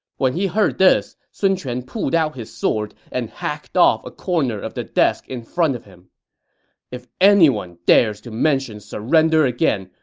when he heard this, sun quan pulled out his sword and hacked off a corner of the desk in front of him if anyone dares to mention surrender again,